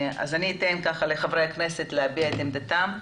אני אתן לחברי הכנסת להביע את עמדתם .